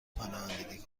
پناهندگی